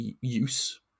use